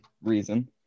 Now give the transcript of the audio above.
reason